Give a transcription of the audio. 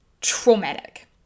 traumatic